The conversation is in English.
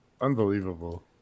Unbelievable